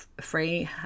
free